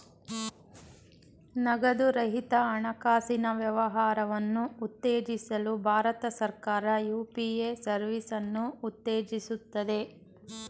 ನಗದು ರಹಿತ ಹಣಕಾಸಿನ ವ್ಯವಹಾರವನ್ನು ಉತ್ತೇಜಿಸಲು ಭಾರತ ಸರ್ಕಾರ ಯು.ಪಿ.ಎ ಸರ್ವಿಸನ್ನು ಉತ್ತೇಜಿಸುತ್ತದೆ